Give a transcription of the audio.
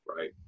right